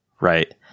right